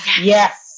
Yes